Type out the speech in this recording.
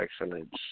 excellence